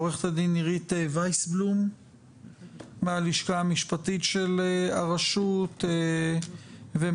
עורכת הדין עירית וייסבלום מהלשכה המשפטית של הרשות ומר